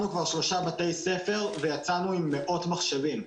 כבר 3 בתי ספר ויצאנו עם מאות מחשבים,